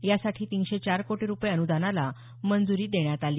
यासाठी तीनशे चार कोटी रुपये अनुदानाला मंजुरी देण्यात आली